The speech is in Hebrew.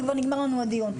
וכבר נגמר לנו הדיון.